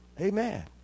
Amen